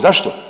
Zašto?